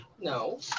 No